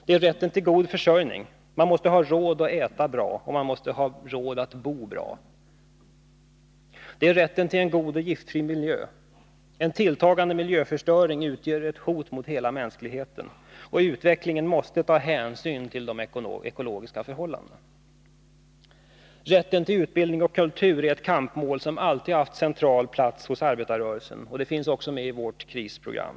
Det är rätten till en god försörjning. Man måste ha råd att äta bra, och man = Nr 88 måste ha råd att bo bra. Det är rätten till en god och giftfri miljö. En tilltagande miljöförstöring utgör ett hot mot hela mänskligheten. Utvecklingen måste ta hänsyn till de ekologiska förhållandena. Det är rätten till utbildning och kultur, ett kampmål som alltid haft central plats hos arbetarrörelsen och som också finns med i vårt krisprogram.